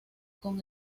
con